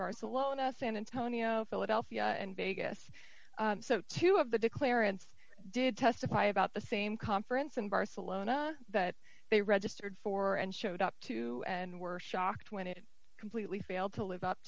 barcelona san antonio philadelphia and vegas so two of the declarant did testify about the same conference in barcelona that they registered for and showed up to and were shocked when it completely failed to live up